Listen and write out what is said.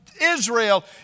Israel